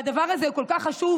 הדבר הזה הוא כל כך חשוב,